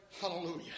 Hallelujah